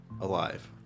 alive